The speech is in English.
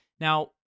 Now